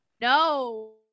no